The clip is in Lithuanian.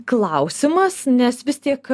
klausimas nes vis tiek